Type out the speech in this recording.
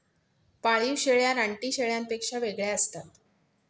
पाळीव शेळ्या रानटी शेळ्यांपेक्षा वेगळ्या असतात